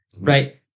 Right